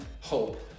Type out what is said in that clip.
hope